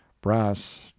brass